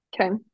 Okay